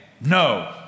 no